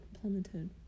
plummeted